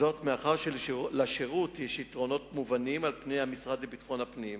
מאחר שלשירות יש יתרונות מובנים על פני המשרד לביטחון הפנים,